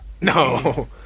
No